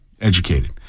educated